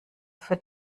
für